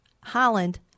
Holland